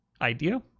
idea